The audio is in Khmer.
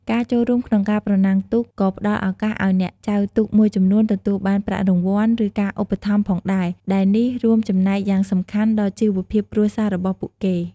ការចូលរួមក្នុងការប្រណាំងទូកក៏ផ្ដល់ឱកាសឱ្យអ្នកចែវទូកមួយចំនួនទទួលបានប្រាក់រង្វាន់ ឬការឧបត្ថម្ភផងដែរ ដែលនេះរួមចំណែកយ៉ាងសំខាន់ដល់ជីវភាពគ្រួសាររបស់ពួកគេ។